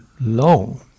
long